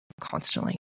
Constantly